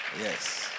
yes